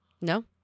no